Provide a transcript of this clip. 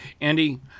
Andy